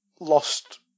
Lost